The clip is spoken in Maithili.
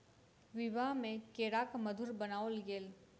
विवाह में केराक मधुर बनाओल गेल